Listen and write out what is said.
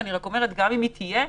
וגם אם היא תהיה,